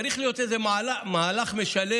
צריך להיות איזה מהלך משלב.